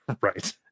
Right